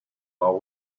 while